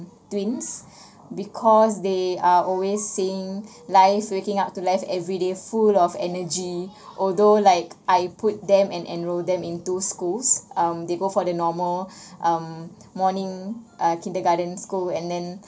twins because they are always seeing life waking up to life every day full of energy although like I put them and enroll them into schools um they go for the normal um morning uh kindergarten school and then